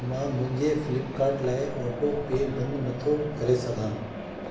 मां मुंहिंजे फ़्लिपकाट लाइ ऑटोपे बंदि नथो करे सघां